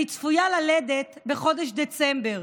אני צפויה ללדת בחודש דצמבר.